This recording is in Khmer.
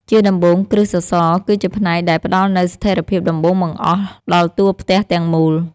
ជាដំបូង គ្រឹះសសរគឺជាផ្នែកដែលផ្ដល់នូវស្ថិរភាពដំបូងបង្អស់ដល់តួផ្ទះទាំងមូល។